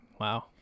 Wow